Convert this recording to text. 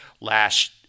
last